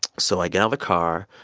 so i get out the car.